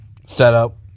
setup